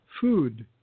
food